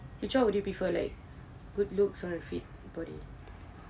which one would you prefer like good looks or a fit body